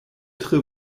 tre